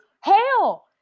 Hell